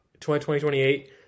2028